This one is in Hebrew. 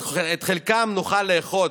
את חלקם נוכל לאחות,